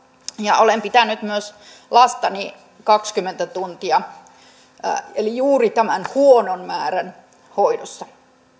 ja olen myös pitänyt lastani kaksikymmentä tuntia eli juuri tämän huonon määrän hoidossa